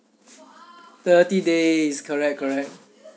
thirty days correct correct